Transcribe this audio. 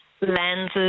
Lenses